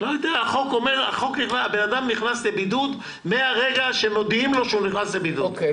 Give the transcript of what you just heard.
אדם נכנס לבידוד מרגע שמודיעים לו שהוא נכנס לבידוד,